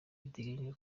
biteganyijwe